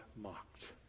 mocked